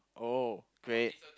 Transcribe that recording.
oh great